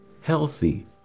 healthy